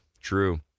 True